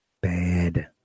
bad